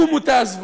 קומו תעזבו.